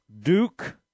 Duke